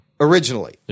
originally